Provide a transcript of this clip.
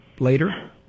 Later